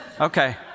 Okay